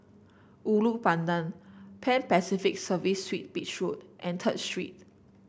Ulu Pandan Pan Pacific Serviced Suit Beach Road and Third Street